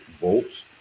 bolts